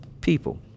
people